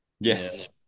Yes